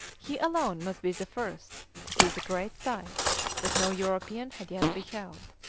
he alone must be the first to see the great sight that no european had yet beheld.